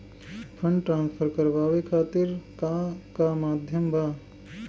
Fund transfer करवाये खातीर का का माध्यम बा?